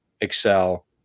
excel